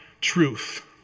truth